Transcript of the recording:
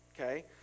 Okay